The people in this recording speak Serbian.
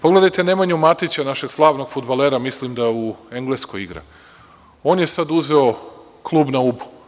Pogledajte Nemanju Matića, našeg slavnog fudbalera, mislim da u Engleskoj igra, on je sada uzeo klub na Ubu.